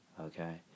okay